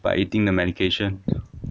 by eating the medication